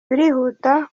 birihuta